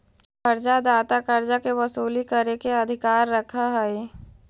कर्जा दाता कर्जा के वसूली करे के अधिकार रखऽ हई